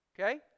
Okay